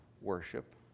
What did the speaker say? worship